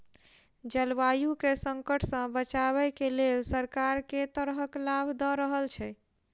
जलवायु केँ संकट सऽ बचाबै केँ लेल सरकार केँ तरहक लाभ दऽ रहल छै?